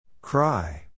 Cry